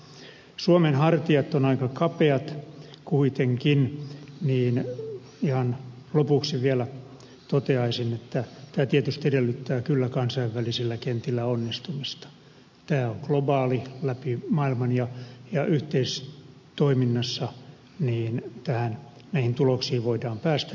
kun suomen hartiat ovat aika kapeat kuitenkin niin ihan lopuksi vielä toteaisin tämä tietysti edellyttää kyllä kansainvälisillä kentillä onnistumista että tämä on globaali koko maailmaa koskeva asia ja että yhteistoiminnassa näihin tuloksiin voidaan päästä